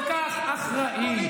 בושה וחרפה.